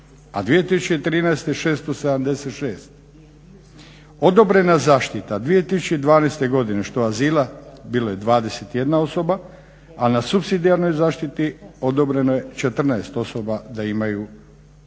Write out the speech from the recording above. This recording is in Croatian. a 2013. 676. Odobrena zaštita 2012. godine što azila, bilo je 21 osoba, a na supsidijarnoj zaštiti odobreno je 14 osoba da imaju